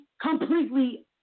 completely